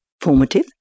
formative